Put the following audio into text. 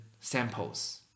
samples